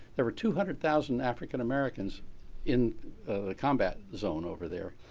there were two hundred thousand african americans in the combat zone over there,